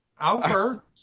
Albert